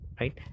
right